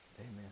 Amen